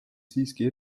siiski